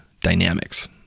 dynamics